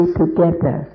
together